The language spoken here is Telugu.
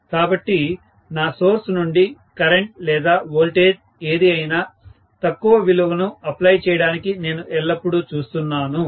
కాబట్టి నా సోర్స్ నుండి కరెంట్ లేదా వోల్టేజ్ ఏది అయినా తక్కువ విలువను అప్లై చేయడానికి నేను ఎల్లప్పుడూ చూస్తున్నాను